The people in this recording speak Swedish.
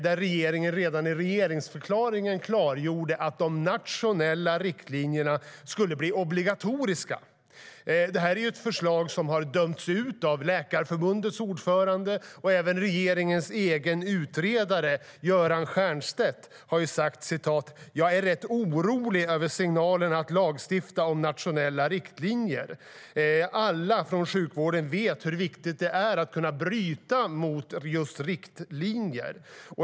Regeringen klargjorde redan i regeringsförklaringen att de nationella riktlinjerna skulle bli obligatoriska. Det är ett förslag som har dömts ut av Läkarförbundets ordförande. Även regeringens egen utredare Göran Stiernstedt har sagt att han är orolig över signalen om att lagstifta om nationella riktlinjer. Alla från sjukvården vet hur viktigt det är att kunna bryta mot just riktlinjer.